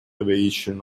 aviation